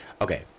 Okay